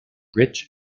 rich